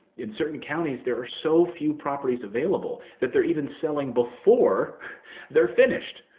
in certain counties, there are so few properties available that they're even selling before they're finished.